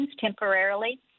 temporarily